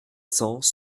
cents